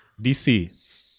DC